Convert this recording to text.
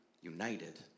united